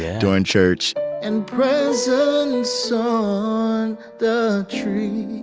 during church and presents so on the tree.